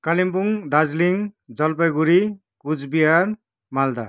Kalimpong Darjeeling Jalpaiguri Cooch Behar Malda